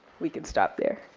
we can stop there.